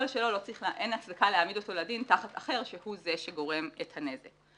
יכול שאין הצדקה להעמיד אותו לדין תחת אחר שהוא זה שגורם את הנזק.